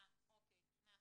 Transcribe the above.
נכון.